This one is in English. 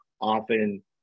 often